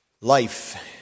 Life